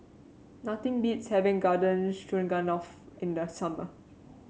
nothing beats having Garden Stroganoff in the summer